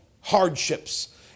hardships